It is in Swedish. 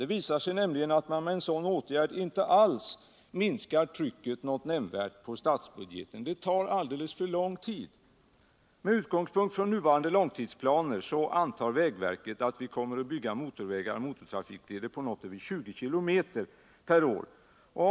Det visar sig nämligen att man med en sådan åtgärd inte nämnvärt minskar trycket på statsbudgeten, och det tar alldeles för lång tid. Med utgångspunkt i nuvarande långtidsplaner antar vägverket att vi kommer att bygga motortrafikleder på drygt 20 km/år.